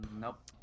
Nope